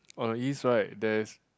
on the east right there's